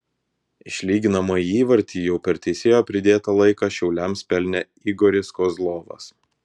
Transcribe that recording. išlyginamąjį įvartį jau per teisėjo pridėtą laiką šiauliams pelnė igoris kozlovas